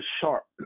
sharp